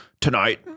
tonight